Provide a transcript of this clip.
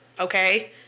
okay